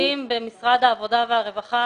כמה עובדים במשרד העבודה והרווחה.